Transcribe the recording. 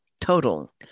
total